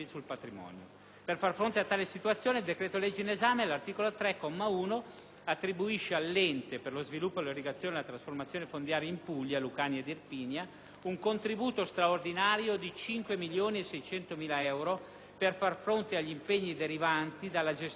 Per far fronte a tale situazione il decreto-legge in esame, all'articolo 3, comma 1, attribuisce all'Ente per lo sviluppo dell'irrigazione e la trasformazione fondiaria in Puglia, Lucania e Irpinia (EIPLI) un contributo straordinario di 5.600.000 euro per far fronte agli impegni derivanti dalla gestione ordinaria